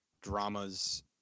dramas